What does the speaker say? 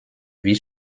wie